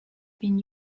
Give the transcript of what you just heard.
been